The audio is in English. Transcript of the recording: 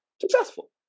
successful